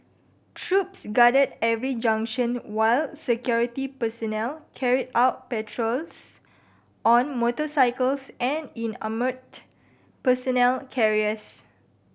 troops guarded every junction while security personnel carried out patrols on motorcycles and in armoured personnel carriers